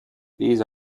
these